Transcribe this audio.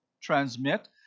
transmit